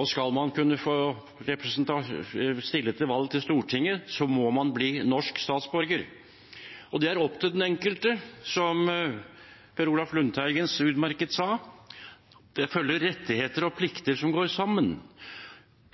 og skal man kunne stille til valg til Stortinget, må man bli norsk statsborger, og det er opp til den enkelte. Som Per Olaf Lundteigen så utmerket sa – det følger rettigheter og plikter som går sammen.